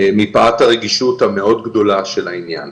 מפאת הרגישות המאוד גדולה של העניין.